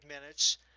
minutes